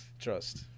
Trust